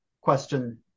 question